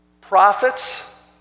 prophets